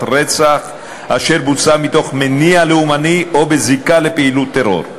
רצח אשר בוצעה מתוך מניע לאומני או בזיקה לפעילות טרור,